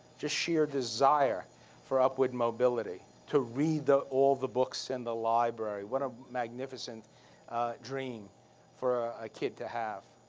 just sheer desire for upward mobility, to read the all the books in the library what a magnificent dream for a kid to have.